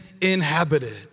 inhabited